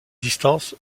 distance